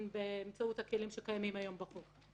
באמצעות הכלים שקיימים היום בחוק.